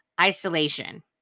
Isolation